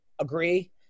agree